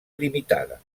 limitada